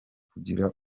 kugira